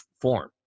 form